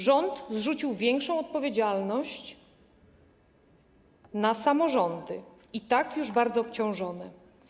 Rząd zrzucił większą odpowiedzialność na samorządy, i tak już bardzo obciążone.